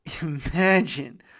Imagine